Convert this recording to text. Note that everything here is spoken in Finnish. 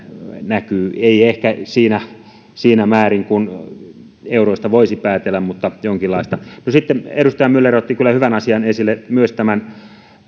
näkyy ei ehkä siinä siinä määrin kuin euroista voisi päätellä mutta jonkinlaista no sitten edustaja myller otti kyllä myös hyvän asian esille